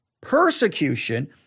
persecution—